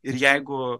ir jeigu